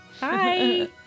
bye